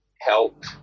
help